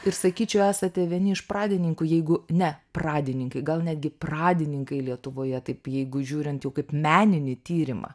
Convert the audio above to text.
ir sakyčiau esate vieni iš pradininkų jeigu ne pradininkai gal netgi pradininkai lietuvoje taip jeigu žiūrint jau kaip meninį tyrimą